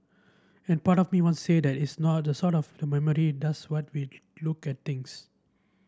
and part of me wants say that it's not the sot of the memory does what we look at things